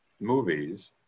movies